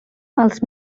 els